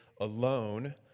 alone